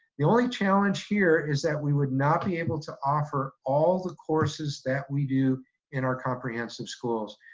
the only challenge here is that we would not be able to offer all the courses that we do in our comprehensive schools.